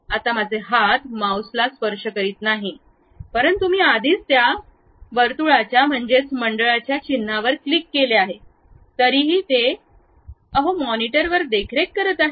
आत्ता माझे हात माउसला स्पर्श करीत नाहीत परंतु मी आधीच त्या मंडळाच्या चिन्हावर क्लिक केले आहे तरीही ते त्या अहो मॉनिटरवर देखरेख करत आहे